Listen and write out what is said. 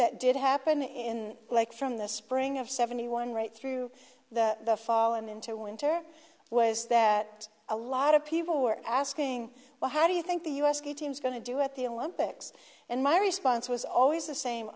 that did happen in like from the spring of seventy one right through the fallen into winter was that a lot of people were asking well how do you think the u s ski team is going to do at the olympics and my response was always the same